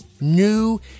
new